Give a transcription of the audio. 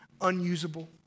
unusable